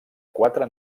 quatre